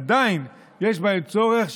עדיין יש בהם צורך,